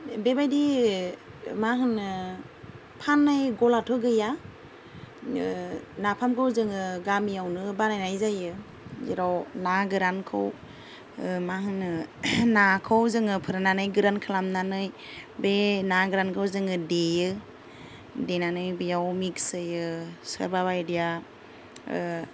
बेबायदि मा होनो फाननाय गलाथ' गैया नाफामखौ जोङो गामियावनो बानायनाय जायो जेराव ना गोरानखौ मा होनो नाखौ जोङो फोराननानै गोरान खालामनानै बे ना गोरानखौ जोङो देयो देनानै बेयाव मिक्स होयो सोरबाबायदिया